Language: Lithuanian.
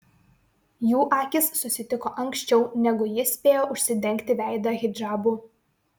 jų akys susitiko anksčiau negu ji spėjo užsidengti veidą hidžabu